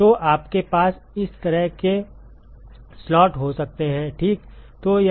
तो आपके पास इस तरह के स्लॉट हो सकते हैं ठीक